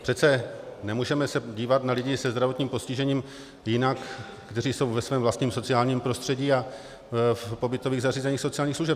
Přece se nemůžeme se dívat na lidi zdravotním postižením jinak na ty, kteří jsou ve svém vlastním sociálním prostředí a v pobytových zařízeních sociálních služeb.